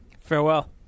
Farewell